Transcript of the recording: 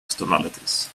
externalities